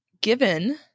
given